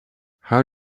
how